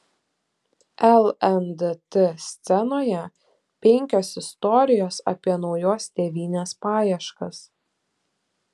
lndt scenoje penkios istorijos apie naujos tėvynės paieškas